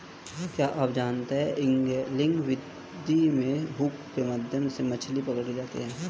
क्या आप जानते है एंगलिंग विधि में हुक के माध्यम से मछली पकड़ी जाती है